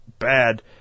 bad